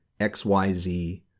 XYZ